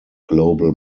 global